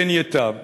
כן ייטב.